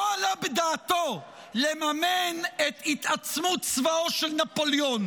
לא העלה בדעתו לממן את התעצמות צבאו של נפוליאון.